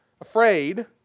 afraid